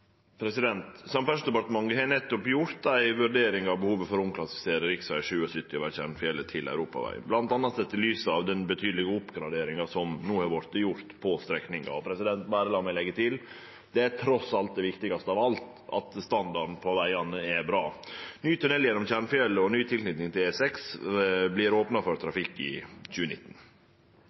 har nettopp gjort ei vurdering av behovet for å omklassifisere rv. 77 over Tjernfjellet til europaveg, bl.a. sett i lys av den betydelege oppgraderinga som no har vorte gjort på strekninga. Lat meg leggje til at det trass alt er det viktigaste av alt at standarden på vegane er bra. Ny tunnel gjennom Tjernfjellet og ny tilknyting til E6 vert opna for trafikk i